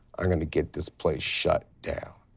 i'm going to get this place shut down.